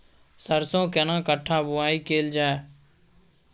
सरसो केना कट्ठा बुआई कैल जाय?